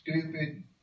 stupid